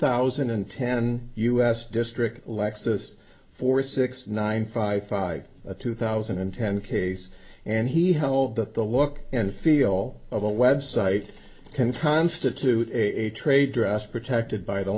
thousand and ten u s district lexus four six nine five five a two thousand and ten case and he held that the look and feel of a web site can constitute a trade dress protected by the